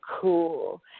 cool